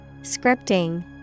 Scripting